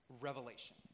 revelation